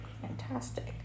fantastic